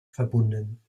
verbunden